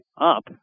up